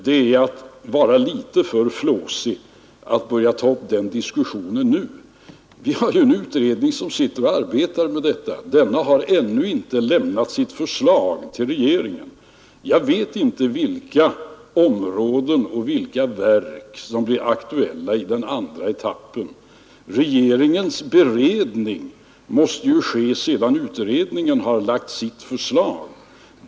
Det är att vara litet för flåsig att ta upp den diskussionen nu. Vi har ju en utredning som sitter och arbetar med detta. Denna har ännu inte lämnat sitt förslag till regeringen. Jag vet inte vilka områden och vilka verk som blir aktuella i den andra etappen. Regeringens beredning måste ju ske sedan utredningen har lagt fram sitt förslag.